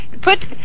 put